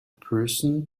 person